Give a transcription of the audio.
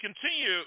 continue